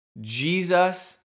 Jesus